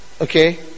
Okay